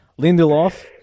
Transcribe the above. Lindelof